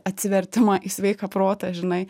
atsivertimą į sveiką protą žinai